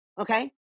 Okay